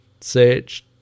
search